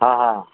हां हां